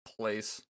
place